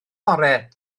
orau